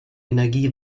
energie